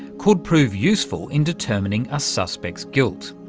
could prove useful in determining a suspect's guilt.